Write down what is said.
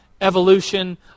evolution